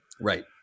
Right